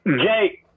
Jay